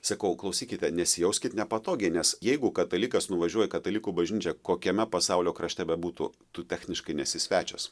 sakau klausykite nesijauskit nepatogiai nes jeigu katalikas nuvažiuoja į katalikų bažnyčią kokiame pasaulio krašte bebūtų tu techniškai nesi svečias